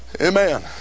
Amen